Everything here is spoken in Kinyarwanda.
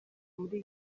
muri